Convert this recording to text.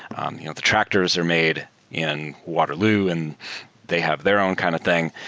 you know the tractors are made in waterloo and they have their own kind of thing.